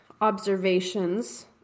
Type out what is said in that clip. observations